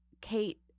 Kate